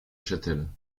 châtel